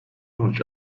sonuç